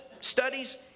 studies